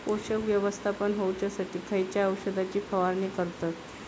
पोषक व्यवस्थापन होऊच्यासाठी खयच्या औषधाची फवारणी करतत?